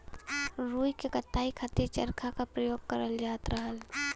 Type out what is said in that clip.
रुई क कताई के खातिर चरखा क परयोग करल जात रहल